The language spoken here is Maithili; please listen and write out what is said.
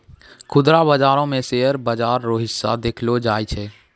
खुदरा बाजारो मे शेयर बाजार रो हिस्सा देखलो जाय छै